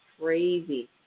crazy